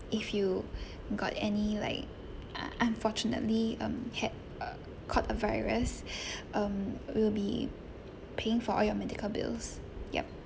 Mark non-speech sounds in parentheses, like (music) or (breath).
if you (breath) got any like uh unfortunately um had (noise) caught a virus (breath) um we'll be paying for all your medical bills yup